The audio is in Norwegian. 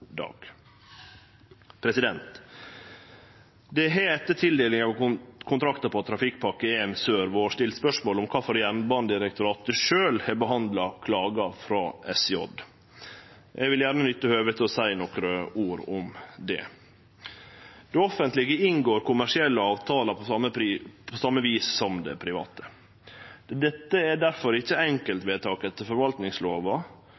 dag. Det har etter tildelinga av kontrakten om Trafikkpakke 1 Sør vore stilt spørsmål om kvifor Jernbanedirektoratet sjølv har behandla klaga frå SJ. Eg vil gjerne nytte høvet til å seie nokre ord om det. Det offentlege inngår kommersielle avtalar på same vis som det private. Dette er difor ikkje